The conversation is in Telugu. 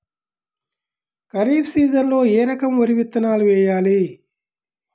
ఖరీఫ్ సీజన్లో ఏ రకం వరి విత్తనాలు వేయాలి?